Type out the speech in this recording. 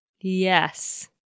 Yes